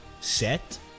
set